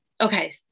okay